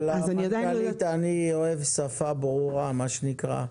אבל, המנכ"לית, אני אוהב בשפה ברורה, מה שנקרא.